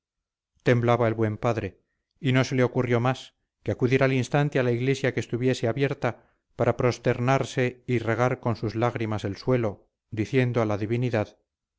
temblaba el buen padre y no se le ocurrió más que acudir al instante a la iglesia que estuviese abierta para prosternarse y regar con sus lágrimas el suelo diciendo a la divinidad